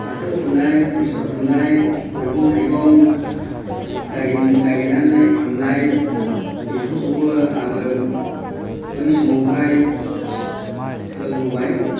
फाथो फुनाय बेसर फुनाय मैगं थाइगं गायनानै फाननाय बेफोरखौबो आङो बै समावहाय सोलोंबोबाय